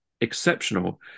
exceptional